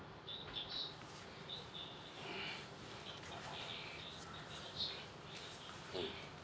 mm